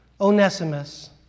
Onesimus